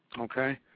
okay